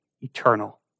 eternal